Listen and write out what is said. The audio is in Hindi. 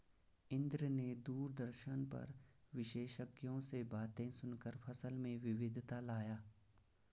इंद्र ने दूरदर्शन पर विशेषज्ञों की बातें सुनकर फसल में विविधता लाया